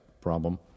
problem